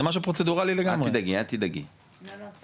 זה משהו